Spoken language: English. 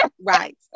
right